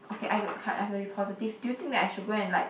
okay I I have to be positive do you think that I should go and like